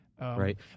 Right